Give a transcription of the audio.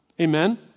Amen